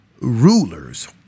rulers